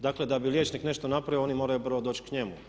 Dakle, da bi liječnik nešto napravio oni moraju prvo doći k njemu.